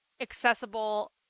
accessible